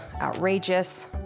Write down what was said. outrageous